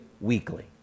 weekly